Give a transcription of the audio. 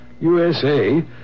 USA